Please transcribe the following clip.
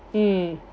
mm